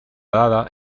dada